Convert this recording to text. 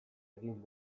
egin